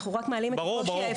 אנחנו רק מעלים את הקושי האפשרי.